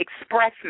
express